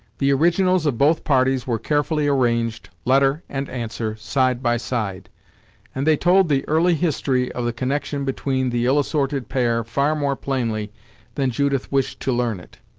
the originals of both parties were carefully arranged, letter and answer, side by side and they told the early history of the connection between the ill-assorted pair far more plainly than judith wished to learn it.